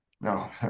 No